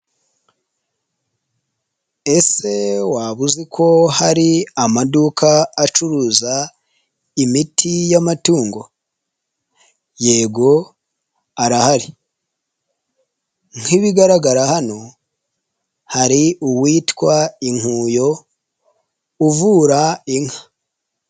Ese waba uzi ko hari amaduka acuruza imiti y'amatungo? Yego arahari. Nk'ibigaragara hano hari uwitwa Inkuyo uvura inka.